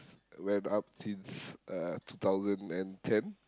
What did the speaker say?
went up since uh two thousand and ten